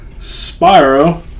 Spyro